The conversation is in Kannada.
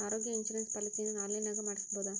ಆರೋಗ್ಯ ಇನ್ಸುರೆನ್ಸ್ ಪಾಲಿಸಿಯನ್ನು ಆನ್ಲೈನಿನಾಗ ಮಾಡಿಸ್ಬೋದ?